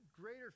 greater